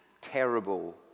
terrible